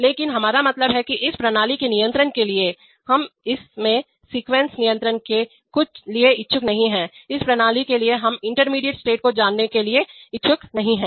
लेकिन हमारा मतलब है कि इस प्रणाली के नियंत्रण के लिए हम इस में सीक्वेंसनियंत्रण के लिए इच्छुक नहीं हैं इस प्रणाली के लिए हम इंटरमीडिएट स्टेट को जानने के लिए इच्छुक नहीं हैं